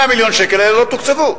100 מיליון השקל האלה לא תוקצבו,